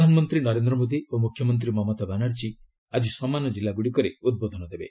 ପ୍ରଧାନମନ୍ତ୍ରୀ ନରେନ୍ଦ୍ର ମୋଦୀ ଓ ମୁଖ୍ୟମନ୍ତ୍ରୀ ମମତା ବାନାର୍ଜୀ ଆଜି ସମାନ ଜିଲ୍ଲାଗୁଡ଼ିକରେ ଉଦ୍ବୋଧନ ଦେବେ